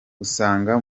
usanga